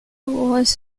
was